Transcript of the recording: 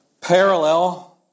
parallel